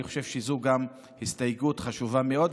אני חושב שזו גם הסתייגות חשובה מאוד.